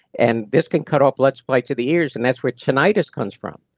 and this can cut off blood supply to the ears, and that's where tinnitus comes from.